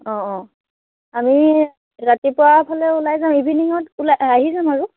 অঁ অঁ আমি ৰাতিপুৱাফালে ওলাই যাম ইভিনিঙত ওলাই আহি যাম আৰু